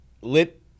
Lit